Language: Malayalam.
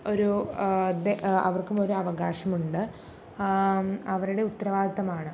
ഒരു അവർക്കും ഒരു അവകാശമുണ്ട് അവരുടെ ഉത്തരവാദിത്തമാണ്